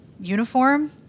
uniform